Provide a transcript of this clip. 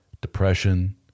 depression